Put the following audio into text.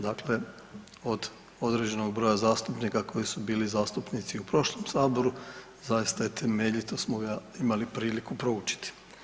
Dakle, od određenog broja zastupnika koji su bili zastupnici i u prošlom sazivu zaista temeljito smo ga imali priliku proučiti.